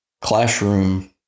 classroom